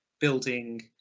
building